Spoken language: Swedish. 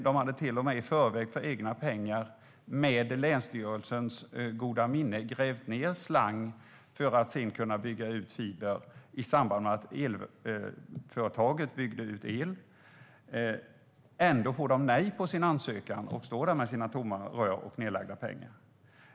Man hade till och med i förväg för egna pengar och med länsstyrelsens goda minne grävt ned slang för att sedan kunna bygga ut fiber i samband med att elföretaget byggde ut elen. Ändå fick de nej på sin ansökan och står nu där med tomma rör och bortkastade pengar.